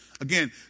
Again